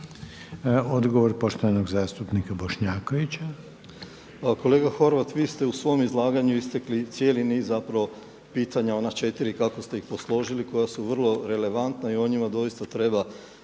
**Bošnjaković, Dražen (HDZ)** Kolega Horvat, vi ste u svom izlaganju istekli cijeli niz pitanja ona četiri kako ste ih posložili koja su vrlo relevantna i o njima doista treba